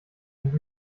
and